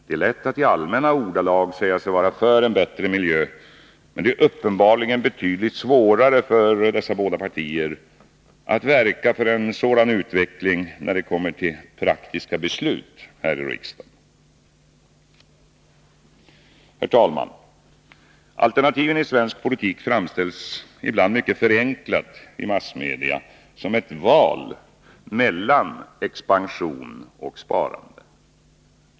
Det är lätt att i allmänna ordalag säga sig vara för en bättre miljö, men det är uppenbarligen betydligt svårare för representanterna för dessa båda partier att verka för en sådan utveckling när det kommer till praktiska beslut här i riksdagen. Herr talman! Alternativen i svensk politik framställs ibland mycket förenklat som ett val mellan expansion och sparande.